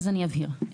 אני אבהיר.